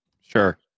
Sure